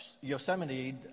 Yosemite